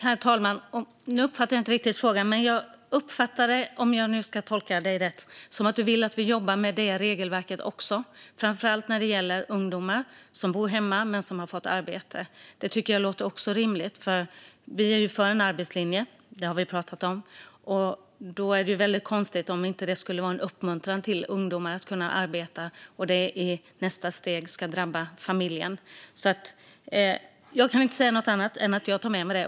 Herr talman! Nu uppfattade jag inte riktigt frågan, men om jag tolkar dig rätt, Martina Johansson, vill du att vi jobbar också med det regelverket, framför allt när det gäller ungdomar som bor hemma men som fått arbete. Det tycker jag också låter rimligt. Vi är ju för en arbetslinje; det har vi pratat om. Då är det väldigt konstigt om ungdomar skulle uppmuntras att arbeta och det i nästa steg skulle drabba familjen. Jag kan inte säga annat än att jag tar med mig det.